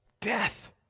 death